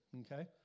okay